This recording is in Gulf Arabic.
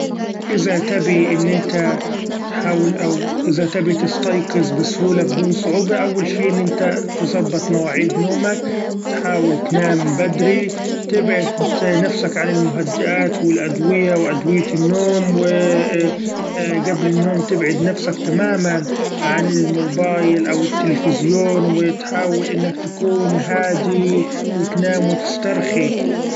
إذا تبي إن إنت تحأول أو إذا تبي تستيقظ بسهولة بدون صعوبة ، أول شي أن إنت تظبط مواعيد نومك ، تحأول تنام بدري تبعد نفسك عن المهدئات والادوية وادوية النوم ، و‹ hesitate › قبل النوم تبعد نفسك تماما عن الموبأيل أو التليفزيون وتحأول إنك تكون هادي وتنام وتسترخي.